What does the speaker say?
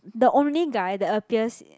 the only guy that appears